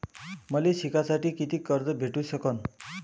मले शिकासाठी कितीक कर्ज भेटू सकन?